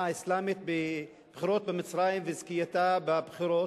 האסלאמית בבחירות במצרים וזכייתה בבחירות,